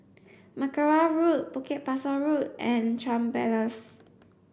Mackerrow Road Bukit Pasoh Road and Chuan Place